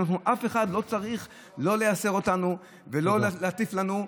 ואף אחד לא צריך לא לייסר אותנו ולא להטיף לנו,